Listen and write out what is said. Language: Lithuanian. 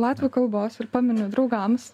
latvių kalbos ir paminiu draugams